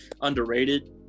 underrated